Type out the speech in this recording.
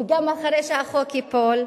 וגם אחרי שהחוק ייפול,